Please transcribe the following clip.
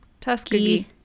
Tuskegee